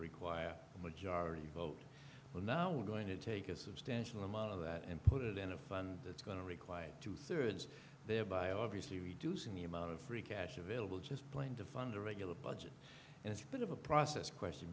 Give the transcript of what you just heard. require a majority vote well now we're going to take a substantial amount of that and put it in a fund that's going to require two thirds thereby obviously reducing the amount of free cash available just plain to fund the regular budget as a bit of a process question